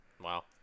Wow